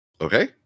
Okay